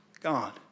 God